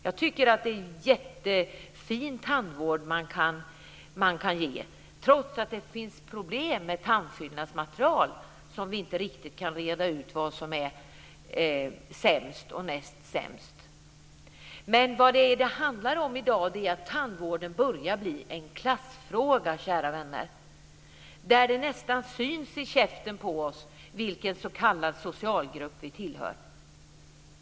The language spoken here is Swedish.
Jag tycker att det är jättefin tandvård man kan ge, trots att det finns problem med tandfyllnadsmaterial. Vi kan inte riktigt reda ut vad som är sämst och näst sämst. Men vad det handlar om i dag är att tandvården börjar bli en klassfråga, kära vänner. Det nästan syns i käften på oss vilken s.k. socialgrupp vi tillhör.